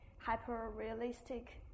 hyper-realistic